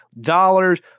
dollars